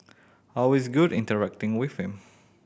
always good interacting with him